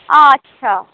আচ্ছা